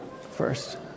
first